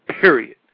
period